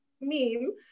meme